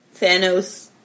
Thanos